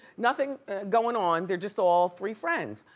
nothing going on, they're just all three friends.